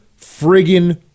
friggin